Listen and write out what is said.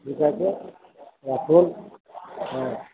ঠিক আছে এখন হ্যাঁ